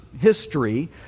history